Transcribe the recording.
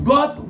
God